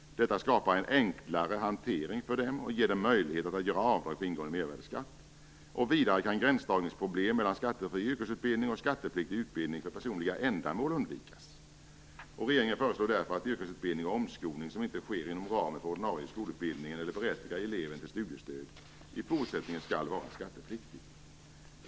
Detta skapar en enklare hantering för dem och ger dem möjlighet att göra avdrag för ingående mervärdesskatt. Vidare kan gränsdragningsproblem mellan skattefri yrkesutbildning och skattepliktig utbildning för personliga ändamål undvikas. Regeringen föreslår därför att yrkesutbildning och omskolning som inte sker inom ramen för ordinarie skolutbildningen eller berättigar eleven till studiestöd, i fortsättningen skall vara skattepliktig.